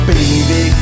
Baby